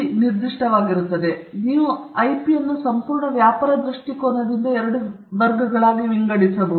ಆದ್ದರಿಂದ ನೀವು IP ಯನ್ನು ಸಂಪೂರ್ಣ ವ್ಯಾಪಾರ ದೃಷ್ಟಿಕೋನದಿಂದ ಎರಡು ವರ್ಗಗಳಾಗಿ ವಿಂಗಡಿಸಬಹುದು